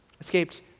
Escaped